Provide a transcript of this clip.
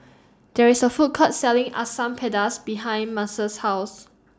There IS A Food Court Selling Asam Pedas behind Mercer's House